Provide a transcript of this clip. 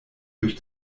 durch